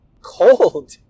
cold